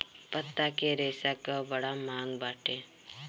पत्ता के रेशा कअ बड़ा मांग बाटे